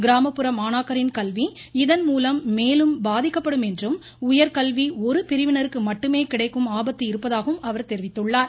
கிராமப்புற மாணாக்கரின் கல்வி இதன்மூலம் மேலும் பாதிக்கப்படும் என்று உயர்கல்வி ஒரு பிரிவனருக்கு மட்டுமே கிடைக்கும் ஆபத்து இருப்பதாகவும் அவர் தெரிவித்துள்ளார்